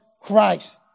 Christ